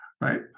right